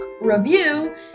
review